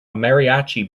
mariachi